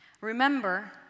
remember